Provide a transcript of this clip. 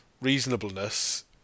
reasonableness